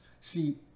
See